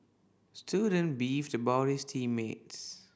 student beefed about his team mates